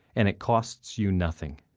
and it costs you nothing.